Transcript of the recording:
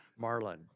Marlon